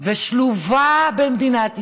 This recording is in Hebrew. ושלובה במדינת ישראל,